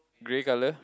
grey color